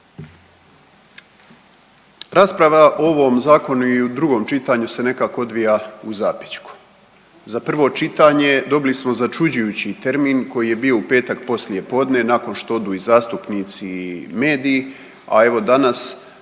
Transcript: Rasprava o ovom Zakonu i u drugom čitanju se nekako odvija u zapećku. Za prvo čitanje dobili smo začuđujući termin koji je bio u petak poslijepodne nakon što odu i zastupnici i mediji, a evo danas